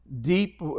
Deep